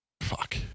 fuck